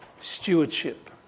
stewardship